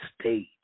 stage